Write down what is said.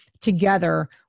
together